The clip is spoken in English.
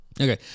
Okay